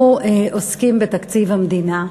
אנחנו עוסקים בתקציב המדינה.